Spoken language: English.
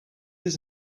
his